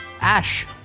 Ash